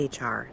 HR